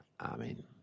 Amen